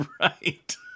right